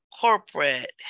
corporate